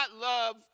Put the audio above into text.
love